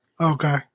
Okay